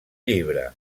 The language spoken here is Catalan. llibre